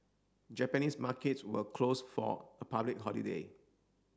Japanese markets were closed for a public holiday